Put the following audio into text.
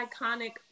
iconic